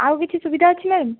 ଆଉ କିଛି ସୁବିଧା ଅଛି ମ୍ୟାମ୍